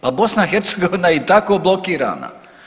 Pa BiH je i tako blokirana.